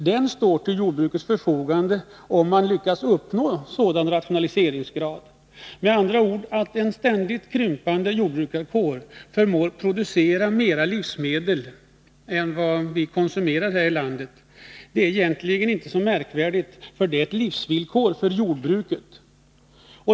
Den står till jordbrukets förfogande, om man lyckas uppnå en bestämd rationaliseringsgrad. Med andra ord: Det förhållandet att en ständigt krympande jordbrukarkår förmår producera mera livsmedel än vad vi konsumerar här i landet är egentligen inte så märkligt, ty största möjliga produktion är ett livsvillkor för jordbruket.